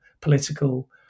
political